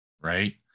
Right